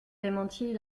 démentit